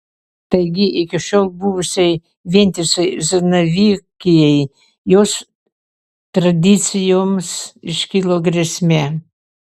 taigi iki šiol buvusiai vientisai zanavykijai jos tradicijoms iškilo grėsmė